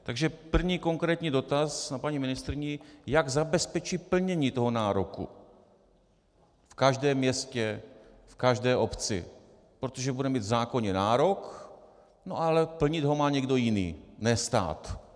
Takže první konkrétní dotaz na paní ministryni, jak zabezpečit plnění toho nároku v každém městě, v každé obci, protože bude mít v zákoně nárok, ale plnit ho má někdo jiný, ne stát.